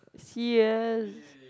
yes